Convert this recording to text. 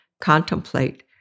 contemplate